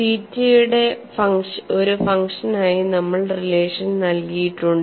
തീറ്റയുടെ ഒരു ഫംഗ്ഷനായി നമ്മൾ റിലേഷൻ നേടിയിട്ടുണ്ട്